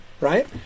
right